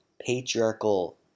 patriarchal